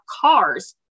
cars